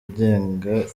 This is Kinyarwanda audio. agenga